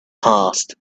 passed